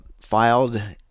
filed